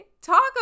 talk